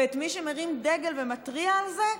ואת מי שמרים דגל ומתריע על זה,